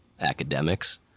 academics